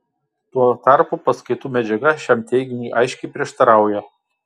tuo tarpu paskaitų medžiaga šiam teiginiui aiškiai prieštarauja